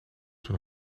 zijn